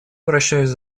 обращаюсь